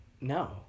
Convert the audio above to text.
No